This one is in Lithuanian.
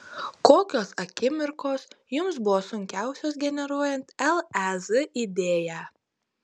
kokios akimirkos jums buvo sunkiausios generuojant lez idėją